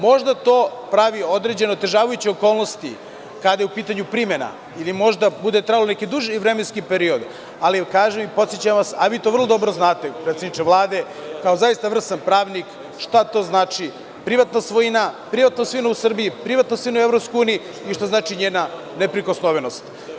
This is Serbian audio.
Možda to pravi određene otežavajuće okolnosti kada je u pitanju primena, ili možda bude trajalo neki duži vremenski period, ali kažem i podsećam vas, a vi to vrlo dobro znate, predsedniče Vlade, kao zaista vrstan pravnik, šta to znači privatna svojina, privatna svojina u Srbiji, privatna svojina u EU i šta znači njena neprikosnovenost.